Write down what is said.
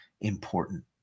important